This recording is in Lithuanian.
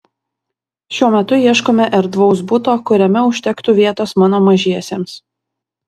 šiuo metu ieškome erdvaus buto kuriame užtektų vietos mano mažiesiems